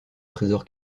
trésor